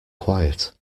quiet